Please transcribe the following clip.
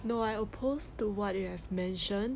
no I oppose to what you have mentioned